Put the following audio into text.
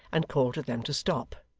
and called to them to stop.